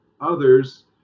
others